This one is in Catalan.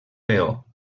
peó